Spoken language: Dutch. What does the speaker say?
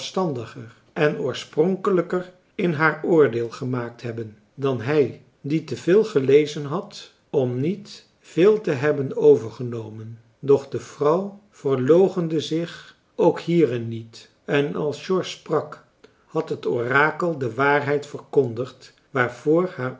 en oorspronkelijker in haar oordeel gemaakt hebben dan hij die te veel gelezen had om niet veel te hebben overgenomen doch de vrouw verloochende zich ook hierin niet en als george sprak had het orakel de waarheid verkondigd waarvoor haar